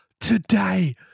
today